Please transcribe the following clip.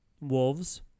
wolves